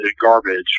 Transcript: garbage